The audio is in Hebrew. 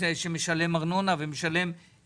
בגלל נסיבות